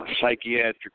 psychiatric